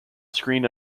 screen